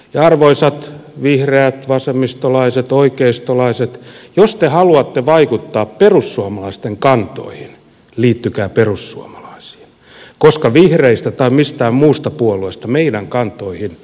arvoisat vihreät vasemmistolaiset oikeistolaiset jos te haluatte vaikuttaa perussuomalaisten kantoihin liittykää perussuomalaisiin koska vihreistä tai mistään muusta puolueesta meidän kantoihimme ei vaikuteta